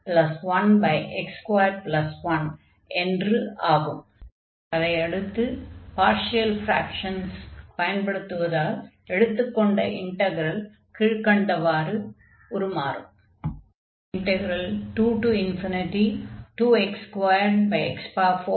அதையடுத்து partial fractions பயன்படுத்துவதால் எடுத்துக்கொண்ட இன்டக்ரல் கீழ்க்கண்டவாறு உருமாறும்